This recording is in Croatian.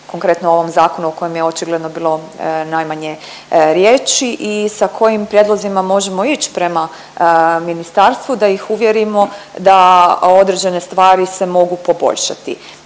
konkretno u ovom zakonu o kojem je očigledno bilo najmanje riječi i sa kojim prijedlozima možemo ić prema ministarstvu da ih uvjerimo da određene stvari se mogu poboljšati.